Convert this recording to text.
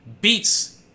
beats